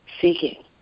seeking